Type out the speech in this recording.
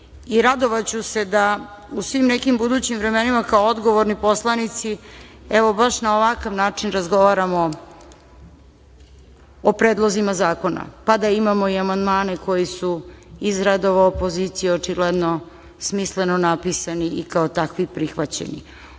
i radovaću se da u svim nekim budućim vremenima kao odgovorni poslanici, evo, baš na ovakav način razgovaramo o predlozima zakona, pa da imamo i amandmane koji su iz redova opozicije očigledno smisleno napisani i kao takvi prihvaćeni.